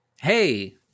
Hey